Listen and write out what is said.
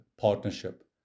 partnership